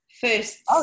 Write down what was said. first